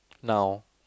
now